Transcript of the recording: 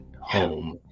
home